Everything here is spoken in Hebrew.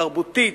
תרבותית,